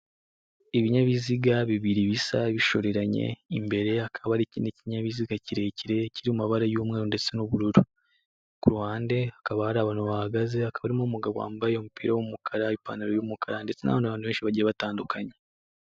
Ibinyabiziga bibiri bisa bishoreranye, imbere hakaba hari ikindi kinyabiziga kirekire kiri mu mabara y'umweru ndetse n'ubururu, ku ruhande hakaba hari abantu bahagaze, hakaba harimo umugabo wambaye umupira w'umukara, ipantaro y'umukara ndetse n'abandi bantu benshi bagiye batandukanye.